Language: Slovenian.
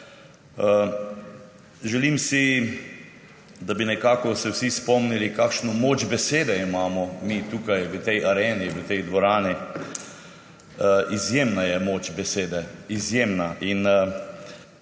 Želim si, da bi se vsi spomnili, kakšno moč besede imamo mi tukaj v tej areni, v tej dvorani. Izjemna je moč besede, izjemna.